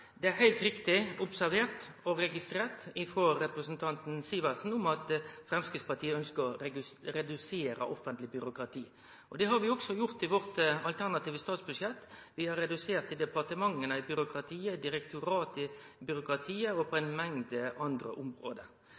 Det er heilt riktig observert og registrert av representanten Sivertsen at Framstegspartiet ønskjer å redusere offentleg byråkrati. Det har vi også gjort i vårt alternative statsbudsjett. Vi har redusert byråkratiet i departementa, byråkratiet i direktorata og på ei mengd andre område.